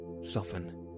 soften